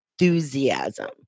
enthusiasm